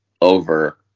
over